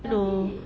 you know